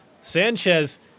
Sanchez